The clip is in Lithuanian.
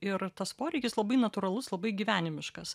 ir tas poreikis labai natūralus labai gyvenimiškas